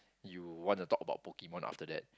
you want to talk about Pokemon after that